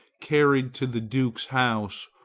carried to the duke's house,